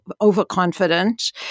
overconfident